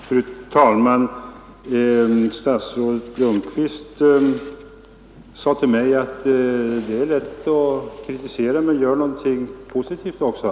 Fru talman! Statsrådet Lundkvist sade till mig: Det är lätt att kritisera, men gör någonting positivt också!